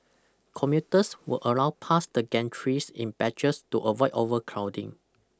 commuters were allowed past the gantries in batches to avoid overcrowding